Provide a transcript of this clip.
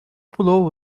pulou